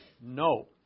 no